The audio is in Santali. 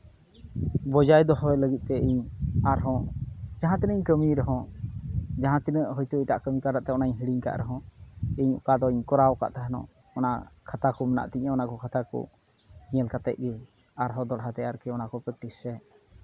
ᱵᱚᱡᱟᱭ ᱫᱚᱦᱚᱭ ᱞᱟᱹᱜᱤᱫ ᱛᱮ ᱤᱧ ᱟᱨᱦᱚᱸ ᱡᱟᱦᱟᱸ ᱛᱤᱱᱟᱹᱜ ᱤᱧ ᱠᱟᱹᱢᱤᱭ ᱨᱮᱦᱚᱸ ᱡᱟᱦᱟᱸ ᱛᱤᱱᱟᱹᱜ ᱦᱚᱭᱛᱳ ᱮᱴᱟᱜ ᱠᱟᱹᱢᱤ ᱠᱟᱨᱛᱮ ᱚᱱᱟᱧ ᱦᱤᱲᱤᱧ ᱠᱟᱫ ᱨᱮᱦᱚᱸ ᱤᱧ ᱚᱠᱟᱫᱚᱧ ᱠᱚᱨᱟᱣ ᱠᱟᱫ ᱛᱟᱦᱮᱱ ᱚᱱᱟ ᱠᱚ ᱠᱷᱟᱛᱟ ᱠᱚ ᱢᱮᱱᱟᱜ ᱛᱤᱧᱟᱹ ᱚᱱᱟ ᱠᱚ ᱠᱷᱟᱛᱟ ᱠᱚ ᱧᱮᱞ ᱠᱟᱛᱮᱫ ᱜᱮ ᱟᱨᱦᱚᱸ ᱫᱚᱦᱲᱟᱛᱮ ᱟᱨᱠᱤ ᱚᱱᱟ ᱠᱚ ᱯᱨᱮᱠᱴᱤᱥ ᱥᱮ